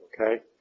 Okay